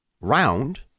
round